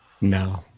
No